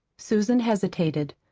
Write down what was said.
susan hesitated.